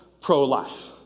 pro-life